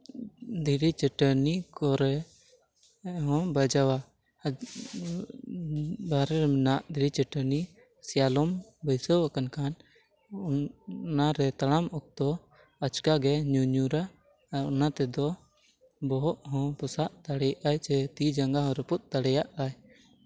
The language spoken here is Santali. ᱫᱷᱤᱨᱤ ᱪᱟᱹᱴᱟᱹᱱᱤ ᱠᱚᱨᱮᱫ ᱦᱚᱸᱢ ᱵᱟᱡᱟᱣᱟ ᱫᱷᱟᱨᱮ ᱨᱮᱱᱟᱜ ᱫᱷᱤᱨᱤ ᱪᱟᱹᱴᱟᱹᱱᱤ ᱥᱮᱭᱟᱞᱚᱢ ᱵᱟᱹᱭᱥᱟᱹᱣ ᱟᱠᱟᱱ ᱠᱷᱟᱱ ᱚᱱᱟᱨᱮ ᱛᱟᱲᱟᱢ ᱚᱠᱛᱚ ᱟᱪᱠᱟᱜᱮ ᱧᱩᱼᱧᱩᱨᱟ ᱟᱨ ᱚᱱᱟ ᱛᱮᱫᱚ ᱵᱚᱦᱚᱜ ᱦᱚᱸ ᱯᱚᱥᱟᱜ ᱫᱟᱲᱮᱭᱟᱜᱼᱟ ᱥᱮ ᱛᱤ ᱡᱟᱸᱜᱟ ᱦᱚᱸ ᱨᱟᱹᱯᱩᱫ ᱫᱟᱲᱮᱭᱟᱜ ᱟᱭ